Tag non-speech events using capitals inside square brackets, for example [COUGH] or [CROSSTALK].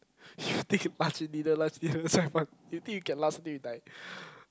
[BREATH] you think do you think you can last until you die [BREATH]